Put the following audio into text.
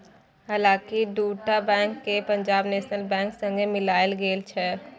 हालहि दु टा बैंक केँ पंजाब नेशनल बैंक संगे मिलाएल गेल छै